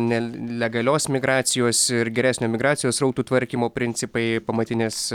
nelegalios migracijos ir geresnio migracijos srautų tvarkymo principai pamatinės